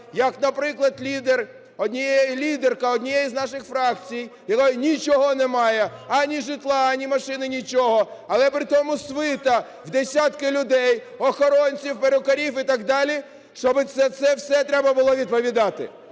як наприклад, лідер, лідерка однієї з наших фракцій, у якої нічого немає: ані житла, ані машини, нічого, - але при тому свита в десятки людей, охоронців, перукарів і так далі, щоб за це все треба було відповідати.